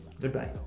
goodbye